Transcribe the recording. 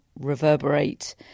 reverberate